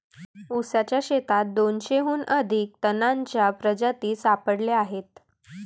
ऊसाच्या शेतात दोनशेहून अधिक तणांच्या प्रजाती सापडल्या आहेत